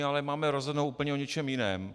Ale máme rozhodnout o úplně něčem jiném.